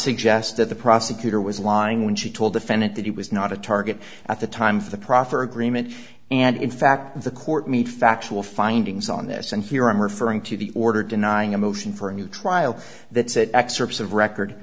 suggest that the prosecutor was lying when she told defendant that he was not a target at the time for the proffer agreement and in fact the court made factual findings on this and here i'm referring to the order denying a motion for a new trial that said excerpts of record